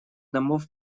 домов